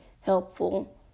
helpful